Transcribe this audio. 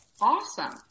awesome